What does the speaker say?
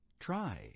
try